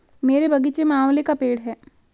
मेरे बगीचे में आंवले का पेड़ है